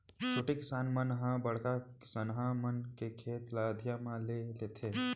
छोटे किसान मन ह बड़का किसनहा मन के खेत ल अधिया म ले लेथें